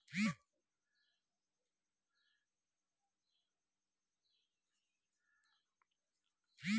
भारत मे खेती उद्योग केँ सतरह भाग मे बाँटल गेल रहय